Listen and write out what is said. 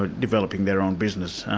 ah developing their own business.